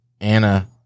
Anna